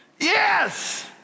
Yes